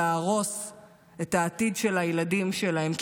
להרוס את העתיד של הילדים שלהם.